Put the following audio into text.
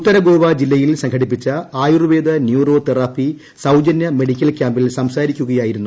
ഉത്തരഗോവാ ജില്ലയിൽ സംഘടിപ്പിച്ച Ayurveda neuro therapy സൌജന്യ മെഡിക്കൽ ക്യാമ്പിൽ സംസാരിപ്പിക്കുകയായിരുന്നു അദ്ദേഹം